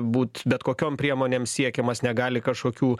būt bet kokiom priemonėm siekiamas negali kažkokių